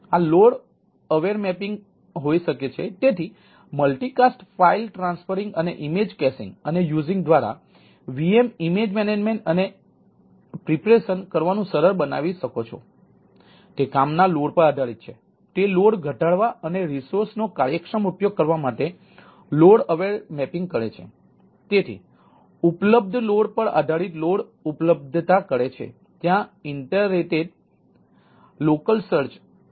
આ load aware mapping માટે તકનીક હોઈ શકે છે